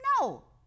no